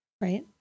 right